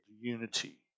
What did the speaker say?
Unity